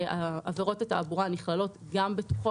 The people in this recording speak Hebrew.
שעבירות התעבורה נכללות גם בתוכן,